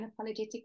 Unapologetic